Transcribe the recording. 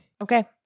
Okay